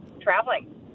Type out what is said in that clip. traveling